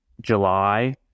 July